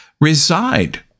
reside